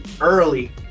early